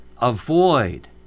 avoid